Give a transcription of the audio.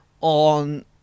on